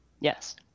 Yes